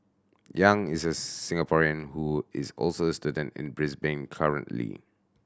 yang is a Singaporean who is also a student in Brisbane currently